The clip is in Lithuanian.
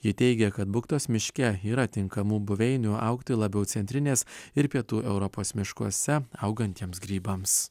ji teigia kad buktos miške yra tinkamų buveinių augti labiau centrinės ir pietų europos miškuose augantiems grybams